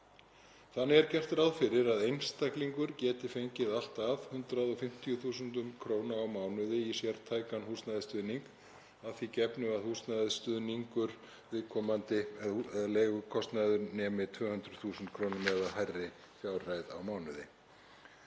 Þannig er gert ráð fyrir að einstaklingur geti fengið allt að 150.000 kr. á mánuði í sértækan húsnæðisstuðning að því gefnu að húsnæðisstuðningur eða leigukostnaður viðkomandi nemi 200.000 kr. eða hærri fjárhæð á mánuði.